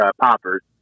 poppers